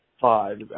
five